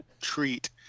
treat